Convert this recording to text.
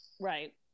Right